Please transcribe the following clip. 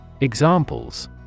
Examples